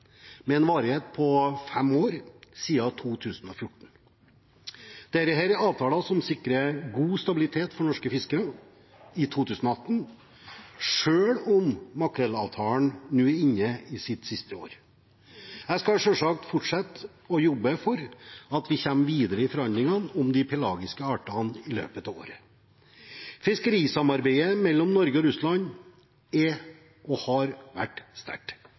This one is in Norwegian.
med EU og Færøyene med en varighet på fem år. Dette er avtaler som sikrer god stabilitet for norske fiskere i 2018, selv om makrellavtalen nå er inne i sitt siste år. Jeg skal selvsagt fortsette å jobbe for at vi kommer videre i forhandlingene om de pelagiske artene i løpet av året. Fiskerisamarbeidet mellom Norge og Russland er og har vært sterkt